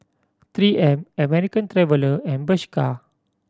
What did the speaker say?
Three M American Traveller and Bershka